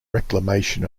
reclamation